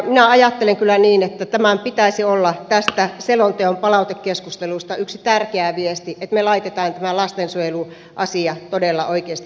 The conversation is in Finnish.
minä ajattelen kyllä niin että tämän pitäisi olla tästä selonteon palautekeskustelusta yksi tärkeä viesti että me laitamme tämän lastensuojeluasian todella oikeasti kuntoon